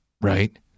right